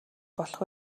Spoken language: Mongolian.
болох